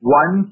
one